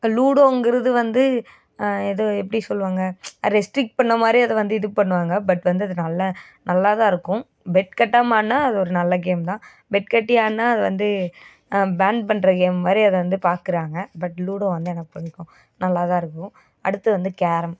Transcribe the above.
லூடோங்கிறது வந்து இதை எப்படி சொல்லுவாங்க ரெஸ்ட்ரிக் பண்ண மாதிரியே அதை வந்து இது பண்ணுவாங்க பட் வந்து அது நல்ல நல்லா தான் இருக்கும் பெட் கட்டாமல் ஆடினா அது ஒரு நல்ல கேம் தான் பெட் கட்டி ஆடினா அது வந்து பேண்ட் பண்ணுற கேம் மாதிரி அதை வந்து பார்க்கறாங்க பட் லூடோ வந்து எனக்கு பிடிக்கும் நல்லா தான் இருக்கும் அடுத்து வந்து கேரம்